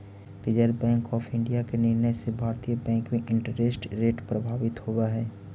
reserve Bank of India के निर्णय से भारतीय बैंक में इंटरेस्ट रेट प्रभावित होवऽ हई